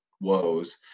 woes